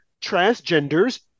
transgenders